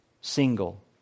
single